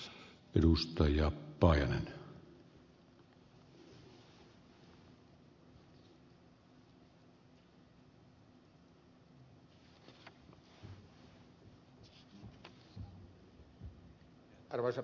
arvoisa herra puhemies